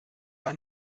ein